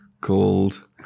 called